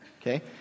okay